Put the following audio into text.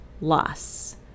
loss